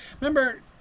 Remember